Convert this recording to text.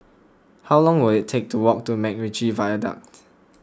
how long will it take to walk to MacRitchie Viaduct